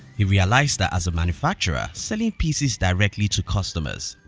he realized that as a manufacturer selling pcs directly to consumers,